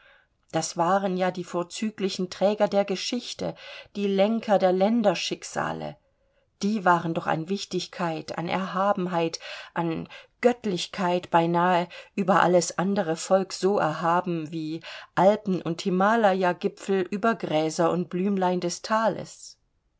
das waren ja die vorzüglichen träger der geschichte die lenker der länderschicksale die waren doch an wichtigkeit an erhabenheit an göttlichkeit beinahe über alles andere volk so erhaben wie alpen und himalayagipfel über gräser und blümlein des thales